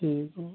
ٹھیٖک گوٚو